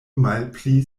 malpli